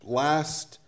last